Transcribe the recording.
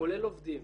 כולל עובדים,